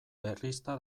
berrizta